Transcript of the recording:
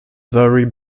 vary